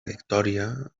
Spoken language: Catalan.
victòria